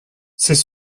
c’est